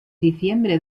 diciembre